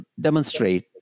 demonstrate